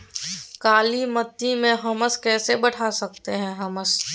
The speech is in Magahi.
कालीमती में हमस कैसे बढ़ा सकते हैं हमस?